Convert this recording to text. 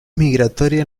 migratoria